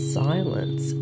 silence